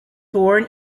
born